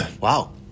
wow